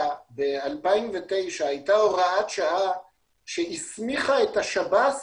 ב-2009 הייתה הוראת שעה שהסמיכה את השב"ס